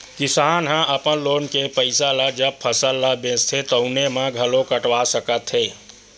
किसान ह अपन लोन के पइसा ल जब फसल ल बेचथे तउने म घलो कटवा सकत हे